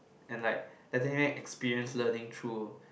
and like letting them experience learning through